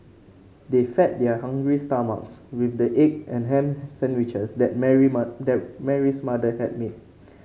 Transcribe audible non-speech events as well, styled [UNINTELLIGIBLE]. they fed their hungry stomachs with the egg and ham sandwiches that Mary [UNINTELLIGIBLE] that Mary's mother had made